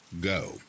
go